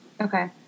Okay